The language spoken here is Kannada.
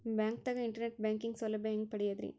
ಬ್ಯಾಂಕ್ದಾಗ ಇಂಟರ್ನೆಟ್ ಬ್ಯಾಂಕಿಂಗ್ ಸೌಲಭ್ಯ ಹೆಂಗ್ ಪಡಿಯದ್ರಿ?